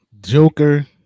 Joker